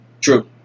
True